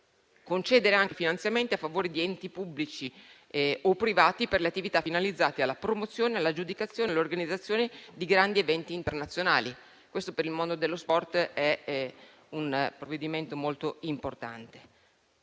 concedere anche finanziamenti a favore di enti pubblici o privati per le attività finalizzate alla promozione, alla aggiudicazione e all'organizzazione di grandi eventi internazionali. Questo, per il mondo dello sport, è un provvedimento molto importante.